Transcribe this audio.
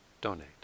donate